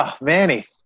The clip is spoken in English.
Manny